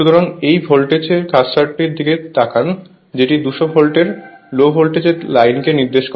সুতরাং এই ভোল্টেজ কার্সারের দিকে তাকান যেটি 200 ভোল্ট এর লো ভোল্টেজ এর লাইন কে নির্দেশ করে